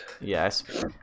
yes